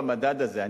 כל המדד זה,